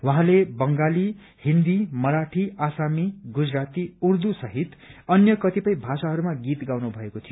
उहाँले बंगाली हिन्दी मराठी आसामी गुजराती ऊर्दू सहित अन्य कतिपय भाषाहरूमा गीत गाउनु भएको थियो